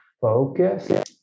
focus